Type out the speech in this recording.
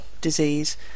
disease